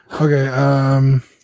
Okay